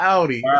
Audi